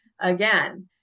again